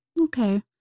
Okay